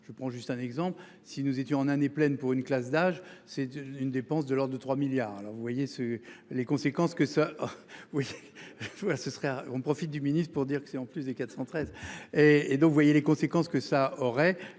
je prends juste un exemple, si nous étions en année pleine pour une classe d'âge c'est une dépense de l'Ordre de 3 milliards. Alors vous voyez ce les conséquences que ça. Oui